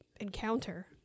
encounter